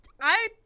I-